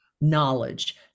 knowledge